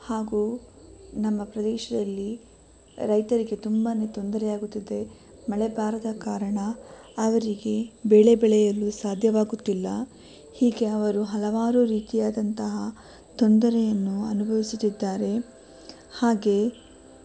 ಹಾಗೂ ನಮ್ಮ ಪ್ರದೇಶದಲ್ಲಿ ರೈತರಿಗೆ ತುಂಬನೇ ತೊಂದರೆಯಾಗುತ್ತಿದೆ ಮಳೆ ಬಾರದ ಕಾರಣ ಅವರಿಗೆ ಬೆಳೆ ಬೆಳೆಯಲು ಸಾಧ್ಯವಾಗುತ್ತಿಲ್ಲ ಹೀಗೆ ಅವರು ಹಲವಾರು ರೀತಿಯಾದಂತಹ ತೊಂದರೆಯನ್ನು ಅನುಭವಿಸುತ್ತಿದ್ದಾರೆ ಹಾಗೇ